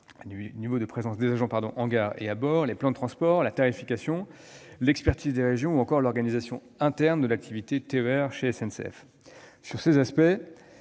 niveau de présence des agents en gare et à bord, les plans de transport, la tarification, l'expertise des régions ou encore l'organisation interne de l'activité TER à la SNCF. Il faut